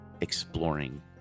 exploring